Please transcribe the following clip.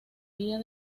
vía